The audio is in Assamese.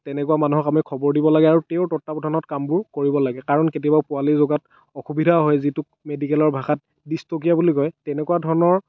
তেনেকুৱা মানুহক আমি খবৰ দিব লাগে আৰু তেওঁৰ তত্ত্বাৱধানত কামবোৰ কৰিব লাগে কাৰণ কেতিয়াবা পোৱালি জগাত অসুবিধা হয় যিটো মেডিকেলৰ ভাষাত ডিছট'কিয়া বুলি কয় তেনেকুৱা ধৰণৰ